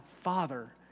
Father